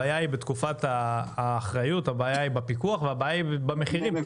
בתקופת האחריות הבעיה היא בפיקוח והבעיה היא במחירים,